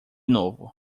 novo